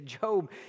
Job